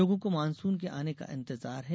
लोगों को मानसून के आने का इन्तजार है